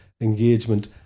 engagement